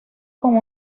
con